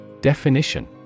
Definition